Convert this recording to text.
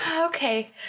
Okay